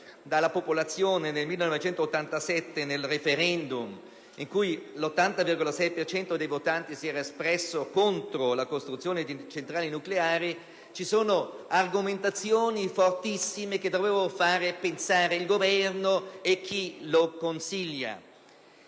dalla popolazione nel 1987 con il *referendum* in cui l'80,6 per cento dei votanti si era espresso contro la costruzione di centrali nucleari, ci sono argomentazioni fortissime che dovevano fare pensare il Governo e chi lo consiglia.